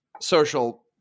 social